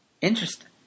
Interesting